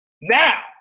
Now